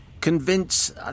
convince